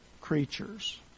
creatures